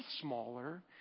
smaller